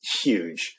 huge